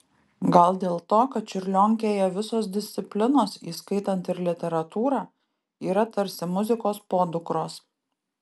gal dėl to kad čiurlionkėje visos disciplinos įskaitant ir literatūrą yra tarsi muzikos podukros